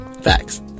Facts